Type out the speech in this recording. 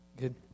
Good